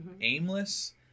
aimless